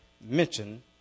mention